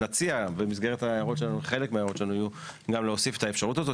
חלק מההערות שלנו יהיו גם להוסיף את האפשרות הזאת,